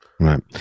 Right